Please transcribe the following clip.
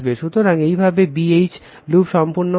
সুতরাং এইভাবে B H loop সম্পূর্ণ হবে